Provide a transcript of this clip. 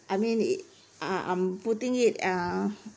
I mean it uh I'm putting it uh